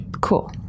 Cool